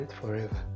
forever